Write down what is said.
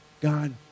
God